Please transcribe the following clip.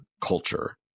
culture